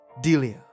Delia